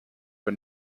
but